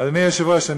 אדוני היושב-ראש,